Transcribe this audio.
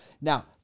Now